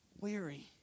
weary